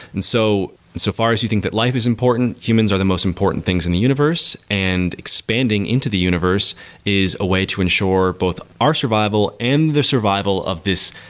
and so so far as you think that life is important, humans are the most important things in the universe, and expanding into the universe is a way to ensure both our survival and the survival of this,